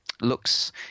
looks